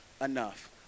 enough